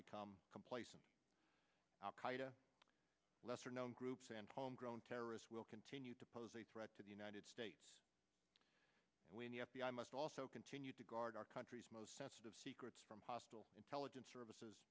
become complacent al qaeda lesser known groups and homegrown terrorists will continue to pose a threat to the united states when the f b i must also continue to guard our country's most sensitive secrets from hostile intelligence services